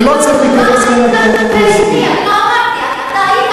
שלא צריך להתייחס אליהם כמו אל טרוריסטים,